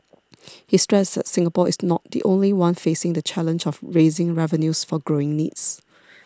he stressed that Singapore is not the only one facing the challenge of raising revenues for growing needs